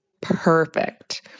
perfect